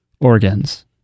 organs